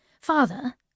Father